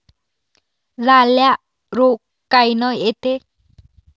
लाल्या रोग कायनं येते?